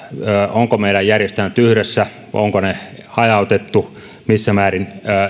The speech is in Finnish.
ovatko meidän järjestelmämme yhdessä onko ne hajautettu missä määrin